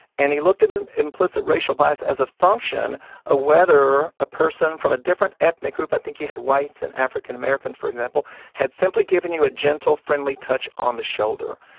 and he looked at and implicit racial bias as a function of whether a person from a different ethnic group i think he had whites and african americans, for example had simply given you a gentle friendly touch on the shoulder.